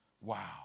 Wow